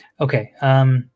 Okay